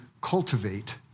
cultivate